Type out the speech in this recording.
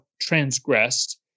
transgressed